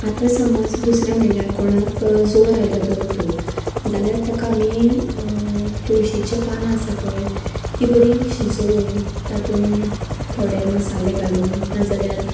आतां समज दुसरें म्हणल्यार कोणाक जोर आयलो धर तूं जाल्यार ताका आमी तुळशीचें पान आसा पळय तें बरें शिजोवन तातूंन थोडे मसाले घालून नाजाल्यार